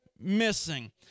missing